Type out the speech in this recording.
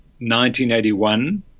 1981